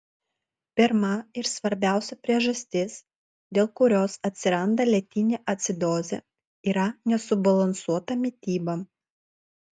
pirma ir svarbiausia priežastis dėl kurios atsiranda lėtinė acidozė yra nesubalansuota mityba